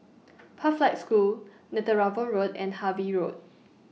Pathlight School Netheravon Road and Harvey Road